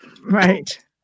Right